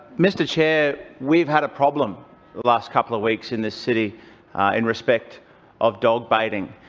mr chair, we've had a problem the last couple of weeks in this city in respect of dog-baiting.